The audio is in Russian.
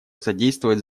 содействовать